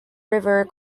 river